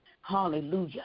hallelujah